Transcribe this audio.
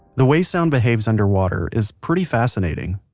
the way sound behaves underwater is pretty fascinating.